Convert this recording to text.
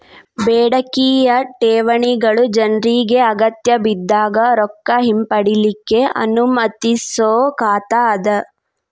ಬೇಡಿಕೆಯ ಠೇವಣಿಗಳು ಜನ್ರಿಗೆ ಅಗತ್ಯಬಿದ್ದಾಗ್ ರೊಕ್ಕ ಹಿಂಪಡಿಲಿಕ್ಕೆ ಅನುಮತಿಸೊ ಖಾತಾ ಅದ